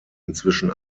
inzwischen